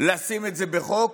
לשים את זה בחוק?